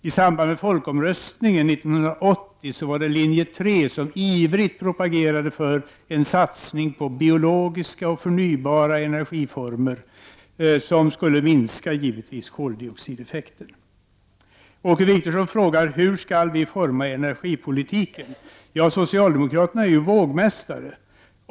I samband med folkomröstningen 1980 propagerade linje 3 ivrigt för en satsning på biologiska och förnybara energiformer som skulle minska koldioxideffekten. Åke Wictorsson frågar hur energipolitiken skall utformas. Socialdemokraterna är ju vågmästare.